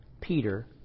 Peter